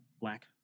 black